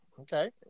Okay